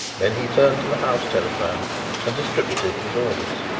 then he turned to the house telephone and distributed his orders.